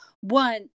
one